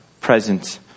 present